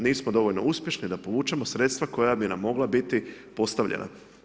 Nismo dovoljno uspješni da povučemo sredstva koja bi nam mogla biti postavljena.